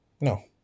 No